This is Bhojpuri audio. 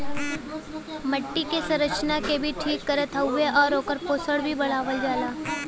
मट्टी क संरचना के भी ठीक करत हउवे आउर ओकर पोषण भी बढ़ावत हउवे